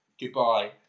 Goodbye